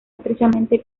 estrechamente